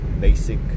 basic